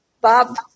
bob